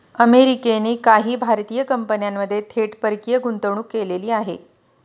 अमेरिकेने काही भारतीय कंपन्यांमध्ये थेट परकीय गुंतवणूक केलेली आहे